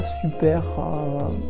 super